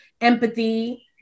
empathy